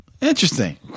Interesting